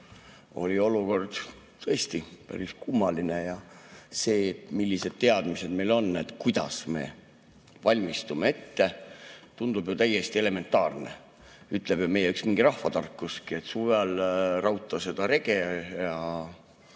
oli olukord tõesti päris kummaline ja see, millised teadmised meil on, kuidas me valmistume, tundub ju täiesti elementaarne. Ütleb meie üks rahvatarkuski, et suvel rauta rege,